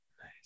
Nice